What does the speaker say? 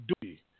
duty